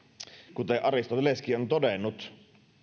kuten aristoteleskin on todennut